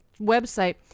website